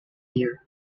year